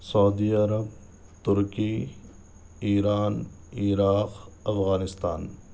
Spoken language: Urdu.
Saudi Arab Turkey Iran Iraq Afghanistan